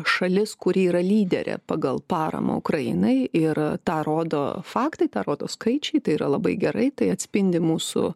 šalis kuri yra lyderė pagal paramą ukrainai ir tą rodo faktai tą rodo skaičiai tai yra labai gerai tai atspindi mūsų